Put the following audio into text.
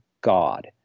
God